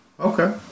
Okay